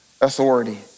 authority